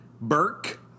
Burke